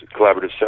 collaborative